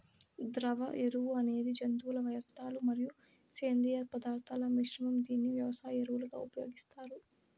ద్రవ ఎరువు అనేది జంతువుల వ్యర్థాలు మరియు సేంద్రీయ పదార్థాల మిశ్రమం, దీనిని వ్యవసాయ ఎరువులుగా ఉపయోగిస్తారు